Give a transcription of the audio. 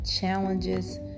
Challenges